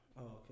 okay